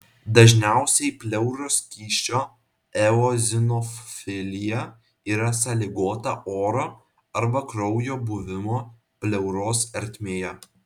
dažniausiai pleuros skysčio eozinofilija yra sąlygota oro arba kraujo buvimo pleuros ertmėje